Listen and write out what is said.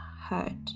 hurt